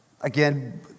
Again